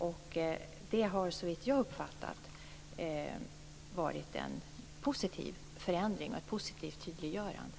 Såvitt jag har uppfattat har detta varit en positiv förändring och ett positivt tydliggörande.